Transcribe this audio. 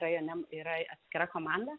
rajone yra atskira komanda